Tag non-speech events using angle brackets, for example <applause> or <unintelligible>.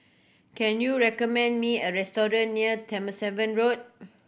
can you recommend me a restaurant near <unintelligible> Road